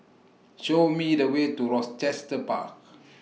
Show Me The Way to Rochester Park